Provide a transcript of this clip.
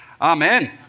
Amen